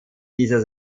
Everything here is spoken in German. dieser